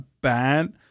bad